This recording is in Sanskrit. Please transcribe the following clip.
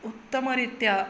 उत्तमरीत्या